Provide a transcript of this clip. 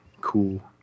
cool